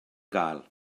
gael